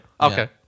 Okay